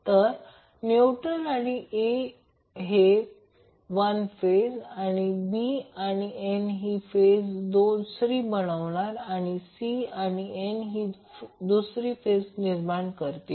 तर न्यूट्रल आणि A हे 1 फेज आणि B आणि N हे दुसरी फेज बनवणार आणि C आणि N हे दुसरी फेज निर्माण करतील